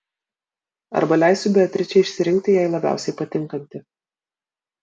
arba leisiu beatričei išsirinkti jai labiausiai patinkantį